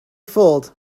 fooled